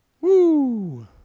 Woo